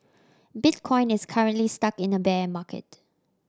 bitcoin is currently stuck in a bear market